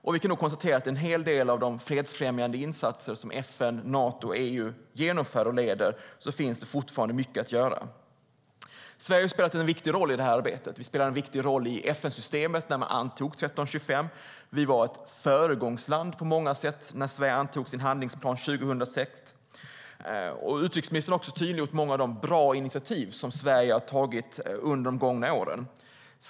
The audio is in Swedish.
Och vi kan konstatera att det fortfarande finns mycket att göra i en hel del av de fredsfrämjande insatser som FN, Nato och EU genomför och leder. Sverige har spelat en viktig roll i arbetet. Vi spelade en viktig roll i FN-systemet när 1325 antogs. Vi var ett föregångsland på många sätt när Sverige antog sin handlingsplan 2006. Utrikesministern har tydliggjort många av de bra initiativ som Sverige har tagit under de gångna åren.